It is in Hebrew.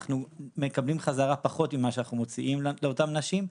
אנחנו מקבלים חזרה פחות ממה שאנחנו מוציאים לאותן נשים.